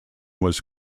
was